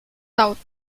south